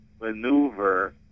maneuver